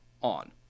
on